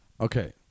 Okay